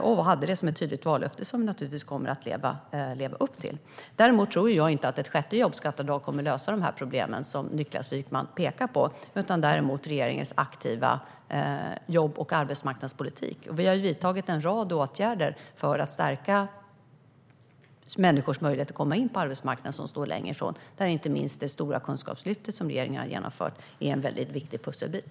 Detta hade vi som ett tydligt vallöfte, och det kommer vi naturligtvis att leva upp till. Däremot tror jag inte att ett sjätte jobbskatteavdrag kommer att lösa de problem som Niklas Wykman pekar på. Det tror jag däremot att regeringens aktiva jobb och arbetsmarknadspolitik kommer att göra. Vi har vidtagit en rad åtgärder för att stärka möjligheterna att komma in på arbetsmarknaden för människor som står längre ifrån den. Där är inte minst det stora kunskapslyftet som regeringen har genomfört en mycket viktig pusselbit.